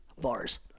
Bars